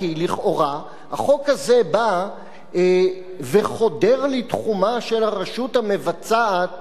כי לכאורה החוק הזה בא וחודר לתחומה של הרשות המבצעת